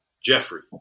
Jeffrey